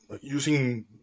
using